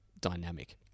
dynamic